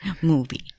Movie